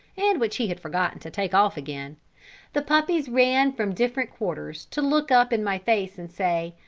and which he had forgotten to take off again the puppies ran from different quarters to look up in my face and say,